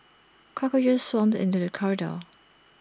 cockroaches swarmed into the corridor